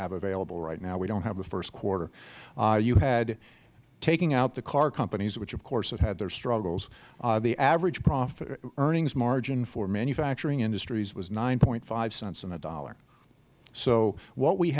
have available right now we do not have the first quarter you had taking out the car companies which of course they have had their struggles the average profit earnings margin for manufacturing industries was nine point five cents on a dollar so what we